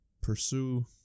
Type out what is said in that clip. pursue